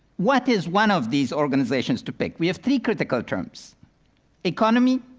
what is one of these organizations to pick? we have three critical terms economy,